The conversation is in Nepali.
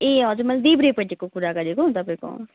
ए हजुर मैले देब्रेपट्टिको कुरा गरेको तपाईँको